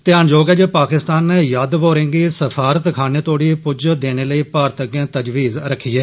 ध्यानजोग ऐ जे पाकिस्तान नै जाधव होरेंगी सफारतखाने तोहड़ी पूज्जने देने लेई भारत अग्गे तजवीज रक्खी ऐ